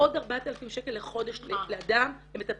עוד 4000 שקל לחודש למטפל.